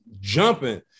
jumping